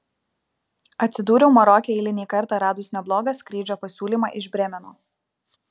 atsidūriau maroke eilinį kartą radus neblogą skrydžio pasiūlymą iš brėmeno